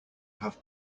have